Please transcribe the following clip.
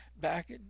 back